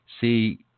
see